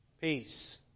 Peace